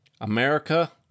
America